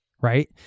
right